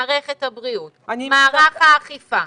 מערכת הבריאות, מערך האכיפה.